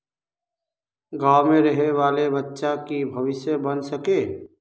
गाँव में रहे वाले बच्चा की भविष्य बन सके?